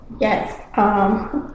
Yes